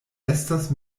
estas